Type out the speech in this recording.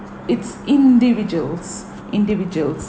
it's individuals individuals